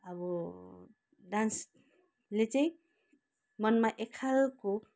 अब डान्सले चाहिँ मनमा एकखालको